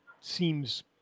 seems